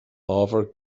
ábhar